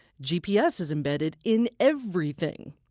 gps is embedded in everything.